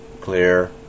clear